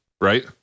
right